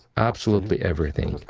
absolutely everything,